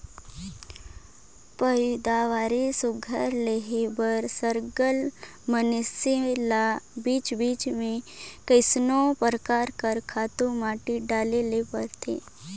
पएदावारी सुग्घर लेहे बर सरलग मइनसे ल बीच बीच में कइयो परकार कर खातू माटी डाले ले परथे